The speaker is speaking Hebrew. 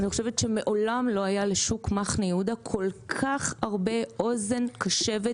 אני חושבת שמעולם לא הייתה לשוק מחנה יהודה כל כך הרבה אוזן קשבת